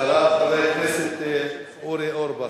אחריו, חבר הכנסת אורי אורבך.